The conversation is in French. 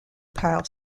par